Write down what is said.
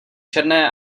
černé